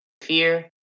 Fear